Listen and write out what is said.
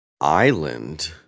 Island